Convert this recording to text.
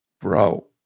Bro